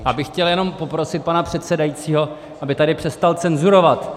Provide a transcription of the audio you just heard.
Já bych chtěl jenom poprosit pana předsedajícího, aby tady přestal cenzurovat.